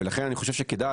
ולכן אני חושב שכדאי,